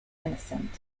innocent